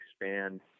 expand